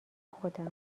خودم